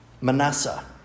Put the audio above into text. Manasseh